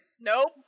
Nope